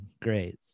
Great